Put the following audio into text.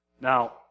Now